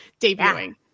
debuting